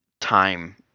time